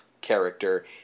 character